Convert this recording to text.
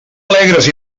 alegres